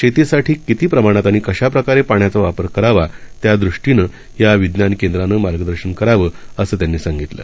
शेतीसाठीकितीप्रमाणातआणिकशाप्रकारेपाण्याचावापरकरावात्यादृष्टीनंयाविज्ञानकेंद्रानंमार्गदर्शनकरावं असंत्यांनीसांगितलं